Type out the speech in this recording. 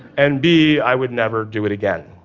and b i would never do it again.